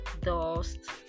dust